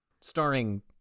Starring